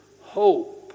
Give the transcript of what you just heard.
hope